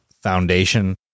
foundation